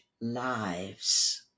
lives